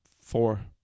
Four